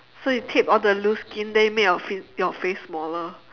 so you tape all the loose skin then you make your fa~ your face smaller